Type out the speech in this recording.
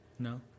no